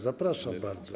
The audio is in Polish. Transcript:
Zapraszam bardzo.